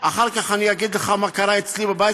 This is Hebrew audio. אחר כך אני אגיד לך מה קרה אצלי בבית